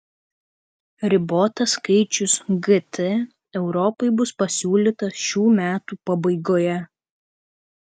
ribotas skaičius gt europai bus pasiūlytas šių metų pabaigoje